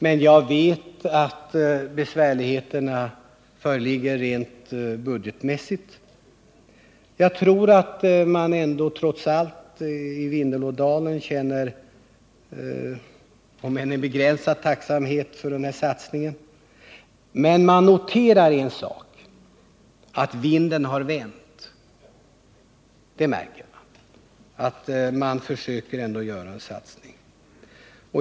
Men jag vet att det råder besvärligheter rent budgetmässigt. Jag tror också att människorna i Vindelådalen trots allt känner en viss, om än begränsad, tacksamhet för de 100 miljonerna. Man noterar också en annan sak: Vinden har vänt. Regering och riksdag satsar pengar till Vindelådalen.